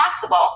possible